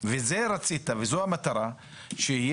וזה יכול לפתור גם את הבעיה הבסיסית שם.